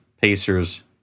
Pacers